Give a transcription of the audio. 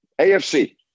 AFC